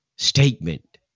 Statement